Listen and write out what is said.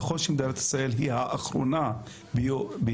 נכון שמדינת ישראל היא האחרונה ב-OECD